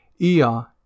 Ia